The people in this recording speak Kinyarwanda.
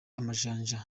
amajanja